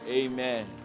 Amen